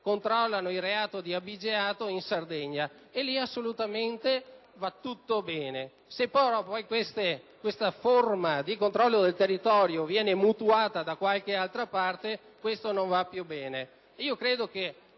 contrastano il reato di abigeato in Sardegna. In quel caso va assolutamente tutto bene, se poi questa forma di controllo del territorio viene mutuata da qualche altra parte non va più bene.